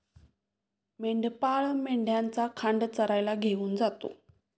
मेंढपाळ मेंढ्यांचा खांड चरायला घेऊन जातो